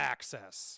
Access